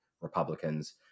Republicans